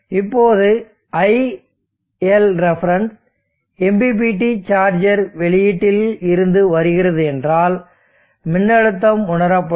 இப்போது iLref MPPT charger வெளியீட்டில் இருந்து வருகிறதென்றால் மின்னழுத்தம் உணரப்படும்